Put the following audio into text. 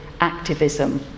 activism